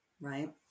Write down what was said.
right